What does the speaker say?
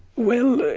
well,